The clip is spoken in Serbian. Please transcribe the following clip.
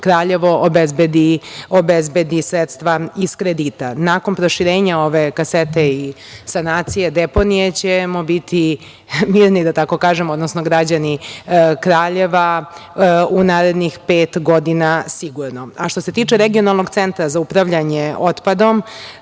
Kraljevo obezbedi sredstva iz kredita. Nakon proširenja ove kasete i sanacije deponije ćemo biti mirni, da tako kažem, odnosno građani Kraljeva, u narednih pet godina sigurno.A što se tiče Regionalnog centra za upravljanje otpadom,